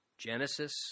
Genesis